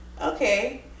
Okay